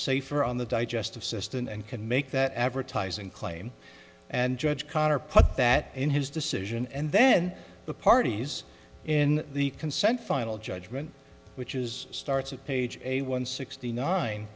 safer on the digestive system and can make that advertising claim and judge connor put that in his decision and then the parties in the consent final judgement which is starts at page a one sixty nine